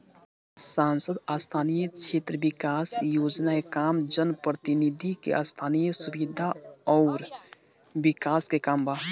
सांसद स्थानीय क्षेत्र विकास योजना के काम जनप्रतिनिधि के स्थनीय सुविधा अउर विकास के काम बा